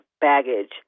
baggage